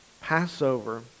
Passover